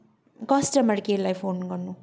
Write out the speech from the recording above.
customer केयरलाई phone गर्नु